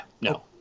no